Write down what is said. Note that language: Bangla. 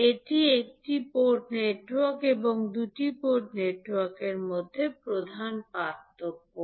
এটি একটি পোর্ট নেটওয়ার্ক এবং দুটি পোর্ট নেটওয়ার্কের মধ্যে প্রধান পার্থক্য